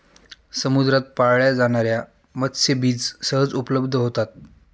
समुद्रात पाळल्या जाणार्या मत्स्यबीज सहज उपलब्ध होतात